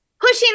pushing